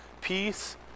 peace